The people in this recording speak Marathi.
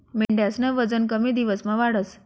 मेंढ्यास्नं वजन कमी दिवसमा वाढस